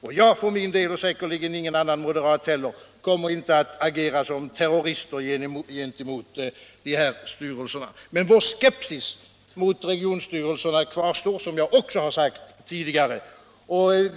Och jag för min del kommer inte — och säkerligen ingen annan moderat heller — att agera som terrorist gentemot de här styrelserna. Men vår skepsis mot regionstyrelserna kvarstår, som jag också har sagt tidigare.